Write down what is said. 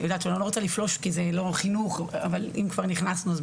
אני לא רוצה לפלוש כי לא מדובר בחינוך אבל אם כבר נכנסנו,